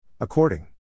According